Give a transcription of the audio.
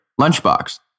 Lunchbox